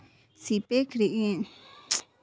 सिपेर खेती एक जलीय कृषि प्रथा छिके